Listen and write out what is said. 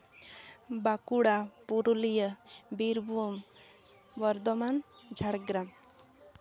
Bankura Purulia Birbhum Bardhaman Jhargram